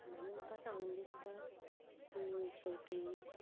आनी म्हाका सांगन दिसता की शेवटी